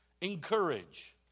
encourage